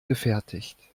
gefertigt